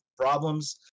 problems